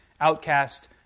outcast